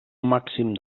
màxim